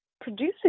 producing